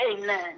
Amen